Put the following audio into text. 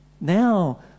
Now